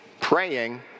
praying